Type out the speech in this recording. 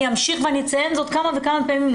אני אמשיך ואציין זאת כמה וכמה פעמים.